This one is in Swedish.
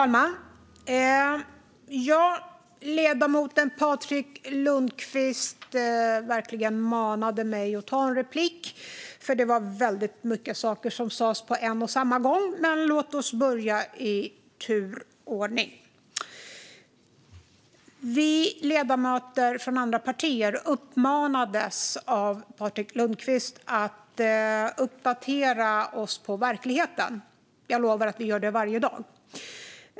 Fru talman! Ledamoten Patrik Lundqvist manade mig verkligen att begära replik, för det var väldigt mycket saker som Statsrådet Ardalan Shekarabi på en och samma gång. Låt oss ta dem i tur och ordning. Vi ledamöter från andra partier uppmanades av Patrik Lundqvist att uppdatera oss på verkligheten. Jag lovar att vi gör det varje dag.